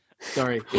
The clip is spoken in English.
Sorry